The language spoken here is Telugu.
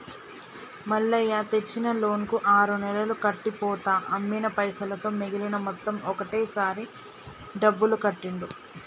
మల్లయ్య తెచ్చిన లోన్ కు ఆరు నెలలు కట్టి పోతా అమ్మిన పైసలతో మిగిలిన మొత్తం ఒకటే సారి డబ్బులు కట్టిండు